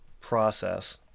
process